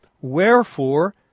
Wherefore